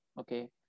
okay